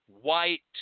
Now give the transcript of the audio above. white